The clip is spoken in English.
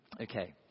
okay